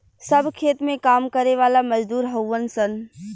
सब खेत में काम करे वाला मजदूर हउवन सन